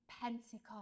pentecost